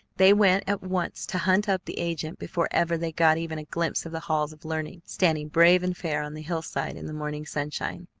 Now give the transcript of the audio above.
they went at once to hunt up the agent before ever they got even a glimpse of the halls of learning standing brave and fair on the hillside in the morning sunshine.